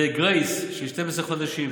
וגרייס של 12 חודשים,